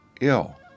ill